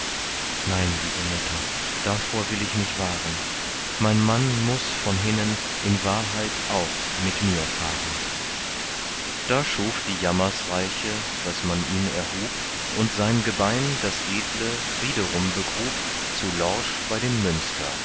nein liebe mutter davor will ich mich wahren mein mann muß von hinnen in wahrheit auch mit mir fahren da schuf die jammersreiche daß man ihn erhub und sein gebein das edle wiederum begrub zu lorsch bei dem münster